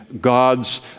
God's